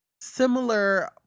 similar